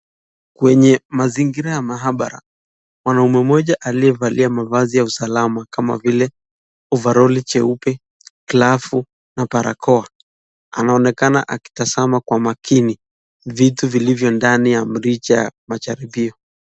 Kwenye mazingira ya mahabara, mwanaume mmoja aliyevalia mavazi ya usalama kama vile ovaroli jeupe, glavu na barakoa. Anaonekana akitazama kwa makini vitu vilvyo ndani ya mrija ya majaribio.